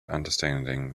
understanding